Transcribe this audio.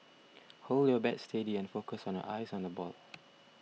hold your bat steady and focus on your eyes on the ball